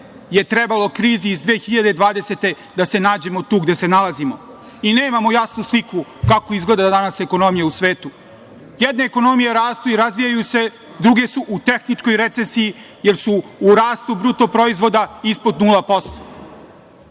je trebalo krizi iz 2020. godine da se nađemo tu gde se nalazimo i nemamo jasnu sliku kako izgleda danas ekonomija u svetu. Jedne ekonomije rastu i razvijaju se, druge su u tehničkoj recesiji, jer su u rastu BDP ispod 0%.